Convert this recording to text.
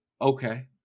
Okay